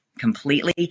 completely